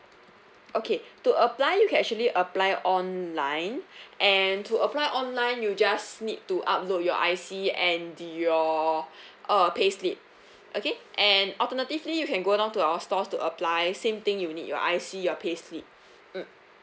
okay to apply you can actually apply online and to apply online you just need to upload your I_C and your uh payslip okay and alternatively you can go down to our stores to apply same thing you need your I_C your payslip mm